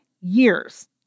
years